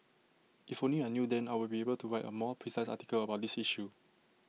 if only I knew then I would be able to write A more precise article about this issue